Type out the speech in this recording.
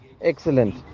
excellent